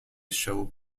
show